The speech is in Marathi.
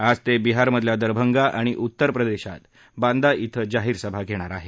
आज ते बिहारमधल्या दरभंगा आणि उत्तर प्रदेशात बांदा िं जाहीर सभा घेणार आहेत